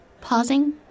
pausing